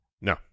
No